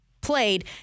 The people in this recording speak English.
played